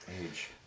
age